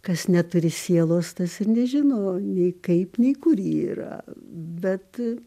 kas neturi sielos tas ir nežino nei kaip nei kur ji yra bet